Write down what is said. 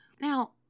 Now